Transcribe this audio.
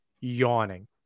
yawning